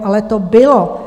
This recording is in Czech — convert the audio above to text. Ale to bylo.